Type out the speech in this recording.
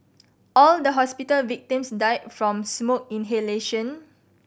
all the hospital victims died from smoke inhalation